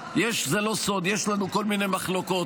וזה לא סוד יש לנו כל מיני מחלוקות,